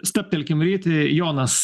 stabtelkim ryti jonas